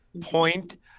point